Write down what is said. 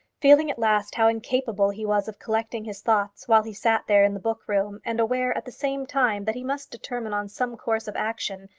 feeling at last how incapable he was of collecting his thoughts while he sat there in the book-room, and aware, at the same time, that he must determine on some course of action,